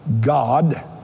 God